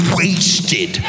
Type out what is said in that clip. wasted